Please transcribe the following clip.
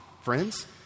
friends